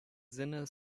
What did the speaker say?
sinne